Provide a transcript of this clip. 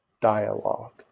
dialogue